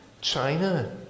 China